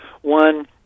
one